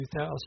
2000